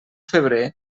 febrer